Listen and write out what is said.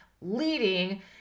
leading